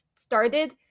started